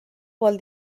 vol